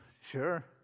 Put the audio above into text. sure